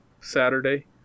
Saturday